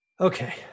Okay